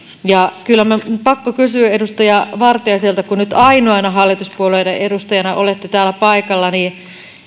kyllä minun on pakko kysyä edustaja vartiaiselta kun nyt ainoana hallituspuolueiden edustajana olette täällä paikalla